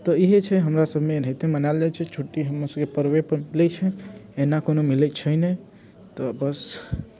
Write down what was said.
तऽ इएह छै हमरासभमे एनाहिते मनायल जाइत छै छुट्टी हमरासभके पर्वेपर मिलै छै एना कोनो मिलै छै नहि तऽ बस